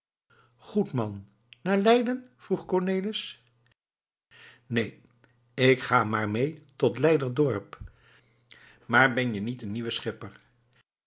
goed man naar leiden vroeg cornelis neen ik ga maar mee tot leiderdorp maar ben-je niet een nieuwe schipper